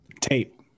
tape